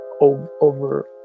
over